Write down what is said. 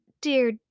dear